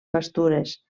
pastures